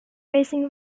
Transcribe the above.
raising